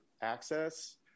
access